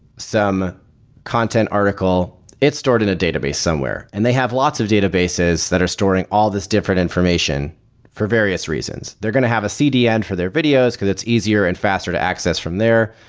some content article, it's stored in a database somewhere and they have lots of databases that are storing all this different information for various reasons. they're going to have a cdn for their videos, because it's easier and faster to access from there.